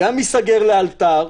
הוא גם ייסגר לאלתר,